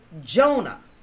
Jonah